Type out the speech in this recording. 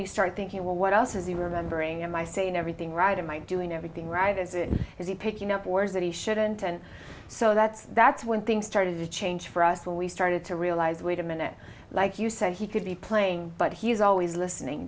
you start thinking well what else is the remembering of my saying everything right in my doing everything right as it is he picking up words that he shouldn't and so that's that's when things started to change for us when we started to realize wait a minute like you say he could be playing but he's always listening